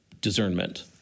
discernment